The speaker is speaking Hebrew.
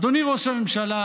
אדוני ראש הממשלה,